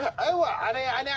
i yeah